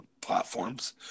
platforms